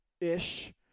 ish